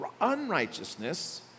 unrighteousness